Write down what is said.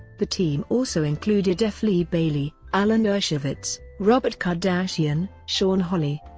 the team also included f. lee bailey, alan dershowitz, robert kardashian, shawn holley,